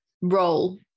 role